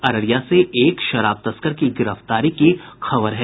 अररिया से एक शराब तस्कर की गिरफ्तारी की खबर है